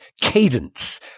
cadence